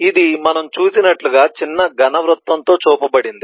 ఇది మనం చూసినట్లుగా చిన్న ఘన వృత్తంతో చూపబడింది